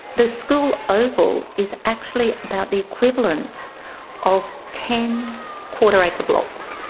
the school oval is actually about the equivalent of ten quarter-acre blocks.